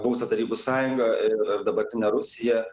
buvusia tarybų sąjunga ir ar dabartine rusija